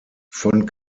von